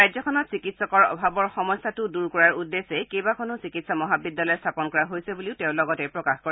ৰাজ্যখনত চিকিৎসকৰ অভাৱৰ সমস্যা দূৰ কৰাৰ উদ্দেশ্যে কেইবাখনো চিকিৎসা মহাবিদ্যালয় স্বাপন কৰা হৈছে বুলিও তেওঁ লগতে প্ৰকাশ কৰে